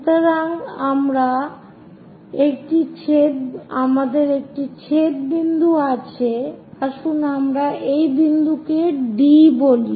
সুতরাং আমাদের একটি ছেদ বিন্দু আছে আসুন আমরা সেই বিন্দুকে D বলি